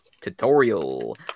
Tutorial